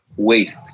waste